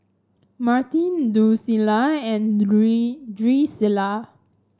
Martin Drucilla and Drucilla